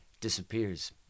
disappears